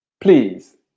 Please